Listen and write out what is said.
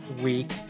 week